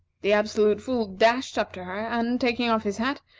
the absolute fool dashed up to her, and, taking off his hat,